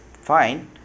fine